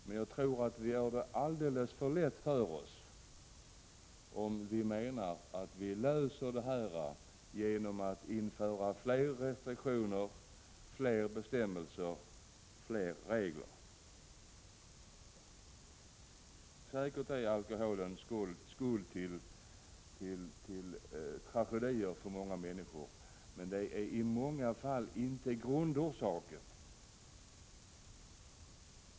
Men jag tror att vi gör det alldeles för lätt för oss om vi tror att vi löser dem genom att införa fler restriktioner, bestämmelser och regler. Säkert är alkoholen skuld till tragedier för många människor, men alkoholen är i många fall inte grundorsaken.